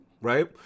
right